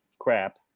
crap